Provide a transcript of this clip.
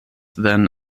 then